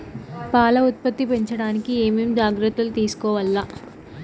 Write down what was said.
పాల ఉత్పత్తి పెంచడానికి ఏమేం జాగ్రత్తలు తీసుకోవల్ల?